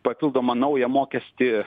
papildomą naują mokestį